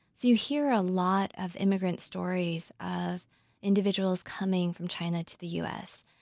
you hear a lot of immigrant stories of individuals coming from china to the u s,